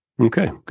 Okay